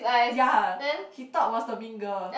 ya he thought was the mean girl